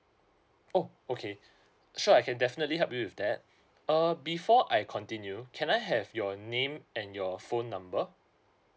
oh okay sure I can definitely help you with that uh before I continue can I have your name and your phone number